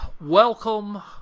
welcome